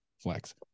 Flex